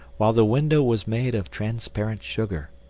while the window was made of transparent sugar.